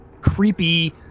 creepy